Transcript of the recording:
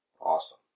Awesome